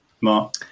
Mark